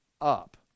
up